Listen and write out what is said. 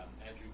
Andrew